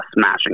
smashing